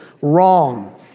Wrong